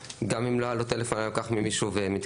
גם אם לא היה לו טלפון הוא היה לוקח ממישהו ומתקשר.